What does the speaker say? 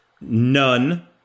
none